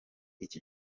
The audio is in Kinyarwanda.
iki